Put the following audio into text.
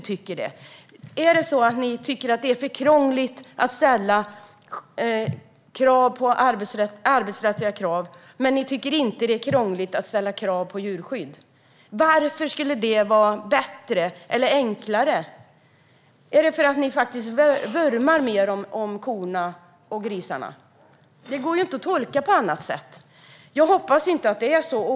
Tycker ni att det är för krångligt att ställa arbetsrättsliga krav men att det inte är krångligt att ställa krav på djurskydd? Varför skulle det vara bättre eller enklare? Vurmar ni mer för korna och grisarna? Det går inte att tolka det här på annat sätt. Jag hoppas att det inte är så.